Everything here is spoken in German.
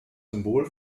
symbol